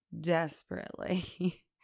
desperately